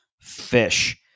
fish